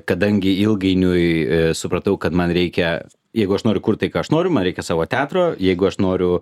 kadangi ilgainiui supratau kad man reikia jeigu aš noriu kurt tai ką aš noriu man reikia savo teatro jeigu aš noriu